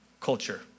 culture